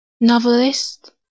novelist